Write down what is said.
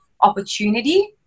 opportunity